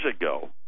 ago